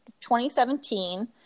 2017 –